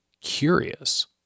curious